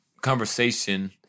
conversation